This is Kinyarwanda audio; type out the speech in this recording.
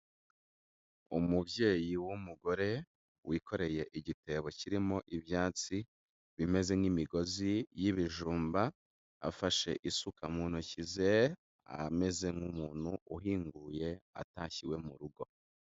Umubyeyi w'umugore wikoreye igitebo kirimo ibyatsi bimeze nk'imigozi y'ibijumba, afashe isuka mu ntoki ze, ameze nk'umuntu uhinguye atashye iwe mu rugo.